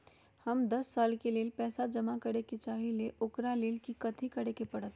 हम दस साल के लेल पैसा जमा करे के चाहईले, ओकरा ला कथि करे के परत?